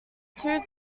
two